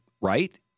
right